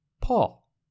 Paul